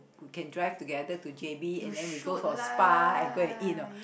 we can drive together to j_b and then we go for spa and go and eat you know